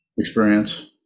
experience